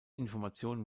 information